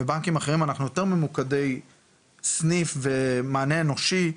בבנקים האחרים אנחנו יותר ממוקדי סניף ומענה אנושי,